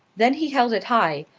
then he held it high,